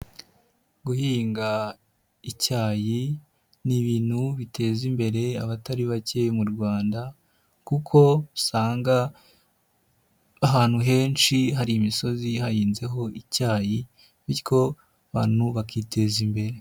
Guhinga icyayi n'ibintu biteza imbere abatari bacye mu Rwanda kuko usanga ahantu henshi hari imisozi hahinzeho icyayi bityo abantu bakiteza imbere.